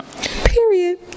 period